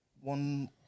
One